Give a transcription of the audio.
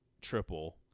triple